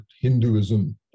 Hinduism